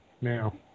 now